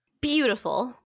Beautiful